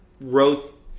wrote